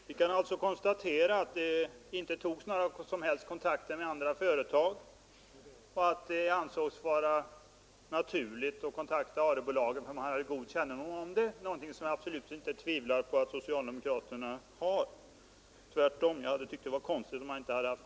Herr talman! Vi kan alltså konstatera att det inte togs några som helst kontakter med andra företag och att det antogs vara naturligt att kontakta ARE-bolagen. Man hade god kännedom om företaget, något som jag absolut inte tvivlar på att socialdemokraterna har; tvärtom skulle jag ha tyckt att det vore konstigt om de inte haft det.